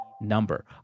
number